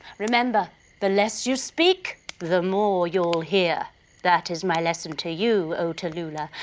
remember the less you speak the more you'll hear that is my lesson to you, oh tallulah,